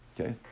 Okay